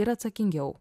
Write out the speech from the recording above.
ir atsakingiau